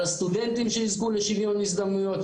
על הסטודנטים שיזכו לשוויון הזדמנויות,